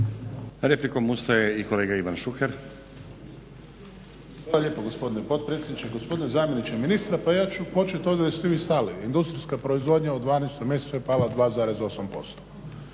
Replikom ustaje i kolega Ivan Šuker.